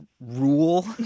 rule